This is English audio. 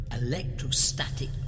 electrostatic